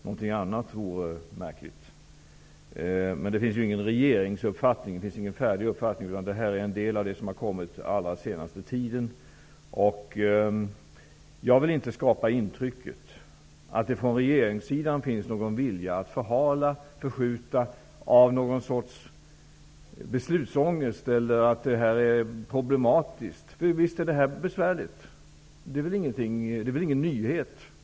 Någonting annat vore märkligt. Men regeringen har inte någon färdig uppfattning. Detta material är en del av det som har tillkommit under den allra senaste tiden. Jag vill inte skapa intrycket att regeringen vill förhala och förskjuta av någon sorts beslutsångest eller för att det är problematiskt. Visst är det besvärligt. Det är väl inte någon nyhet.